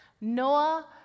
Noah